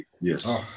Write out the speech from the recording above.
yes